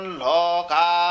loka